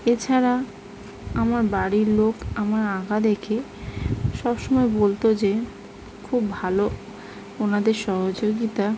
এছাড়া আমার বাড়ির লোক আমার আঁকা দেখে সব সময় বলতো যে খুব ভালো ওনাদের সহযোগিতা